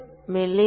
me